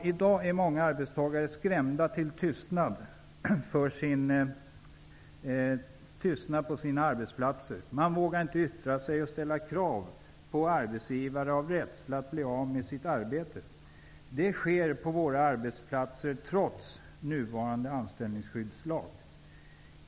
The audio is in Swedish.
I dag är många arbetstagare skrämda till tystnad på sina arbetsplatser. Man vågar inte yttra sig och ställa krav på arbetsgivare av rädsla att bli av med sitt arbete. Det sker på våra arbetsplatser trots nuvarande anställningsskyddslag.